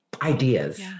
ideas